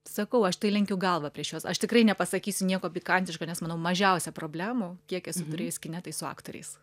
sakau aš tai lenkiu galvą prieš juos aš tikrai nepasakysiu nieko pikantiško nes manau mažiausia problemų kiek esu turėjus kine tai su aktoriais